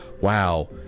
Wow